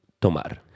tomar